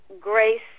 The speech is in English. Grace